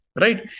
Right